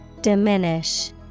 diminish